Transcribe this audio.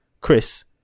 Chris